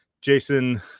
Jason